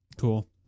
Cool